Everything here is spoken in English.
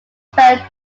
spare